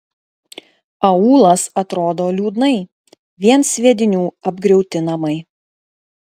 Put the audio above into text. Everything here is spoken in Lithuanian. aūlas atrodo liūdnai vien sviedinių apgriauti namai